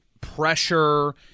pressure